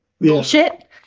bullshit